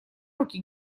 руки